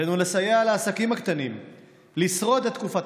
עלינו לסייע לעסקים הקטנים לשרוד את תקופת